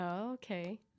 Okay